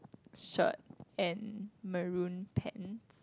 shirt and maroon pants